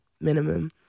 minimum